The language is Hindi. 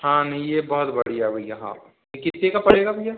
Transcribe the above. हाँ नहीं ये बहुत बढ़िया भैया हाँ ये कितने का पड़ेगा भैया